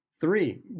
Three